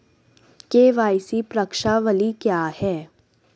KYC प्रश्नावली क्या है?